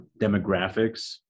demographics